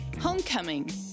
homecoming